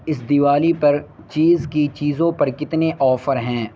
اس دیوالی پر چیز کی چیزوں پر کتنے آفر ہیں